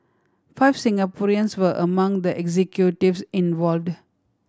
five Singaporeans were among the executives involved